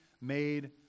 made